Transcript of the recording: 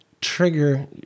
trigger